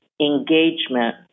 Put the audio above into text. Engagement